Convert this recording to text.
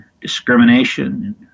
discrimination